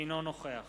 אינו נוכח